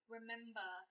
Remember